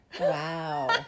Wow